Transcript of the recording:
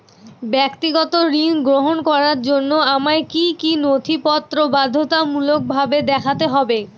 ব্যক্তিগত ঋণ গ্রহণ করার জন্য আমায় কি কী নথিপত্র বাধ্যতামূলকভাবে দেখাতে হবে?